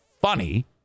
funny